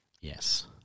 Yes